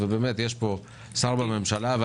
נמצא כאן שר מן הממשלה.